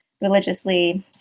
religiously